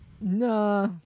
Nah